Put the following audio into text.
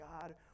God